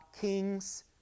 kings